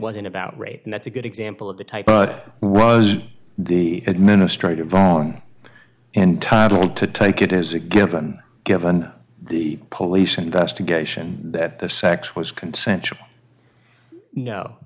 wasn't about rape and that's a good example of the type i was the administrative on and to take it as a given given the police investigation that the sex was consensual no